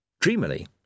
Dreamily